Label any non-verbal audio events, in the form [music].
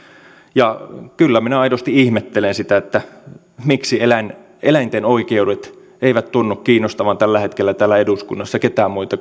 ja kyllä minä aidosti ihmettelen sitä miksi eläinten oikeudet eivät tunnu kiinnostavan tällä hetkellä täällä eduskunnassa ketään muita [unintelligible]